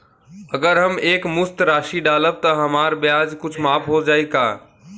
अगर हम एक मुस्त राशी डालब त हमार ब्याज कुछ माफ हो जायी का?